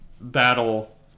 battle